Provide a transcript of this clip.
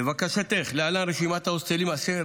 לבקשתך, להלן רשימת ההוסטלים אשר